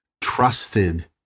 trusted